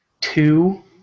Two